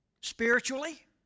spiritually